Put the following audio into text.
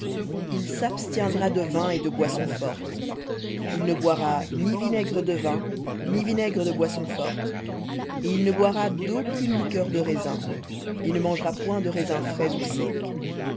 il s'abstiendra de vin et de boisson forte il ne boira ni vinaigre de vin ni vinaigre de boisson forte et il ne boira d'aucune liqueur de raisins et ne mangera point de raisins frais ou secs